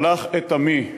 שלח את עמי,